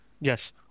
Yes